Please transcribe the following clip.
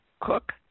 cook